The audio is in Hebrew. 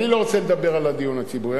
אני לא רוצה לדבר על הדיון הציבורי,